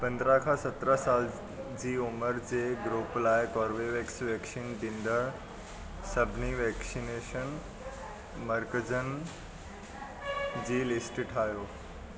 पंद्रहं खां सत्रहं साल जी उमिरि जे ग्रूप लाइ कोर्बीवेक्स वैक्सनेशन ॾींदड़ु सभिनी वैक्सनेशन मर्कज़नि जी लिस्ट ठाहियो